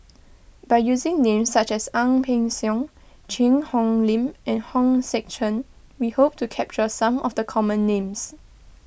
by using names such as Ang Peng Siong Cheang Hong Lim and Hong Sek Chern we hope to capture some of the common names